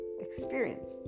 experience